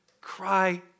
cry